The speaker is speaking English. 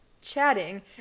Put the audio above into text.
chatting